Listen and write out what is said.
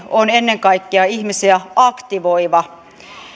on ennen kaikkea ihmisiä aktivoiva